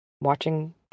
watching